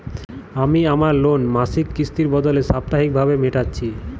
আমি আমার লোন মাসিক কিস্তির বদলে সাপ্তাহিক ভাবে মেটাচ্ছি